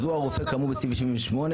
אז הוא הרופא כאמור בסעיף 78,